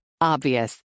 Obvious